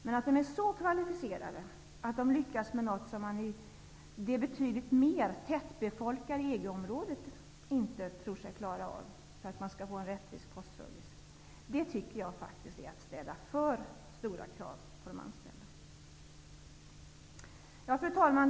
Men att tro att de är så kvalificerade att de lyckas med något som man i det betydligt mer tättbefolkade EG-området inte tror sig klara av för att få en rättvis postservice, det tycker jag är att ställa för stora krav på de anställda. Fru talman!